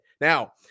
now